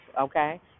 okay